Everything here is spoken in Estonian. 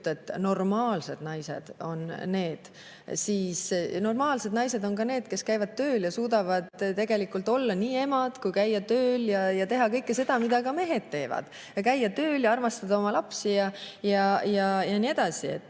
et normaalsed naised on need …, siis normaalsed naised on ka need, kes suudavad olla emad, käia tööl ja teha kõike seda, mida ka mehed teevad: käia tööl, armastada oma lapsi ja nii edasi.